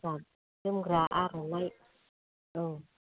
अ जोमग्रा आर'नाय औ